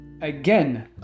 Again